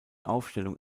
aufstellung